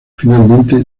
finalmente